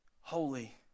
holy